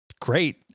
great